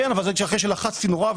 זה אחרי שלחצתי נורא.